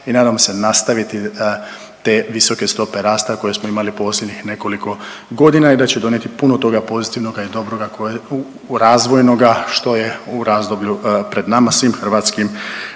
i nadamo se nastaviti te visoke stope rasta koje smo imali posljednjih nekoliko godina i da će donijeti puno toga pozitivnoga i dobroga razvojnoga što je u razdoblju pred nama svim hrvatskim